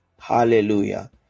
Hallelujah